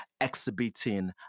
exhibiting